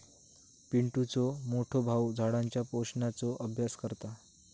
पिंटुचो मोठो भाऊ झाडांच्या पोषणाचो अभ्यास करता